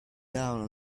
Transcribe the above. down